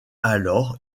alors